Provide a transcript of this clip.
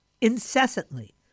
incessantly